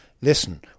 listen